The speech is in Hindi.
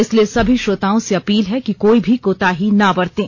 इसलिए सभी श्रोताओं से अपील है कि कोई भी कोताही ना बरतें